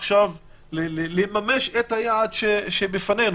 עכשיו לממש את היעד שבפנינו?